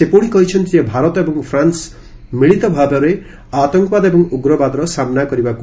ସେ ପୁଣି କହିଛନ୍ତି ଯେ ଭାରତ ଏବଂ ଫ୍ରାନ୍ସ ମିଳିତ ଭାବରେ ଆତଙ୍କବାଦ ଏବଂ ଉଗ୍ରବାଦ ସାମୁ